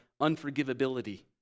unforgivability